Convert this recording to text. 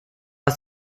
ist